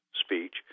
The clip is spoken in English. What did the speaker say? speech